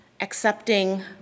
accepting